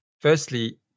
Firstly